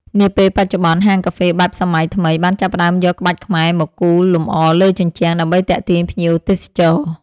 នាពេលបច្ចុប្បន្ន ហាងកាហ្វេបែបសម័យថ្មីបានចាប់ផ្ដើមយកក្បាច់ខ្មែរមកគូរលម្អលើជញ្ជាំង ដើម្បីទាក់ទាញភ្ញៀវទេសចរ។